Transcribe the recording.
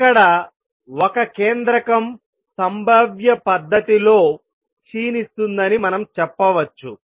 ఇక్కడ ఒక కేంద్రకం సంభావ్య పద్ధతిలో క్షీణిస్తుందని మనం చెప్పవచ్చు